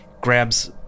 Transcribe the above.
Grabs